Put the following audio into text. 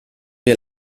wir